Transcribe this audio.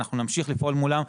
אנחנו נמשיך לפעול מולם,